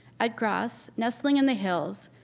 at grasse, nestling in the hills.